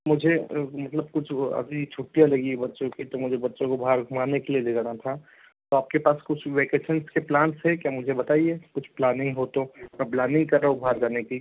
मुझे मतलब कुछ वो अभी छुट्टियाँ लगी है बच्चों की तो मुझे बच्चों को बाहर घुमाने के लिए ले जाना था तो आपके पास कुछ वेकेसन्स के प्लान्स है क्या मुझे बताइए कुछ प्लानिंग हो तो ब्लानिंग कर रहा हूँ बाहर जाने की